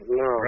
no